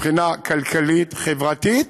מבחינה כלכלית-חברתית